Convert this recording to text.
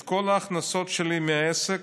את כל ההכנסות שלי מהעסק